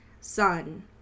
Sun